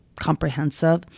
comprehensive